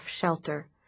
shelter